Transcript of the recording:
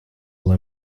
lai